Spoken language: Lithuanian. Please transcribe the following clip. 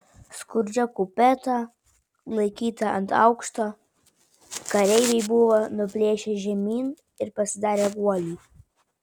skurdžią kupetą laikytą ant aukšto kareiviai buvo nuplėšę žemyn ir pasidarę guolį